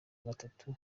gatatu